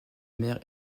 mère